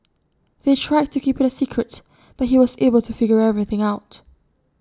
they tried to keep IT A secret but he was able to figure everything out